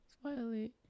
Smiley